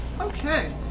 Okay